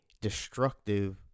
destructive